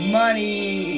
money